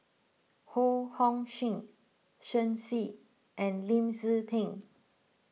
Ho Hong Sing Shen Xi and Lim Tze Peng